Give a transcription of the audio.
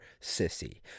sissy